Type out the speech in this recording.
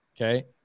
okay